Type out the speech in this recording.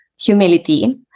humility